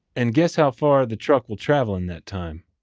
and guess how far the truck will travel in that time?